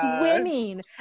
swimming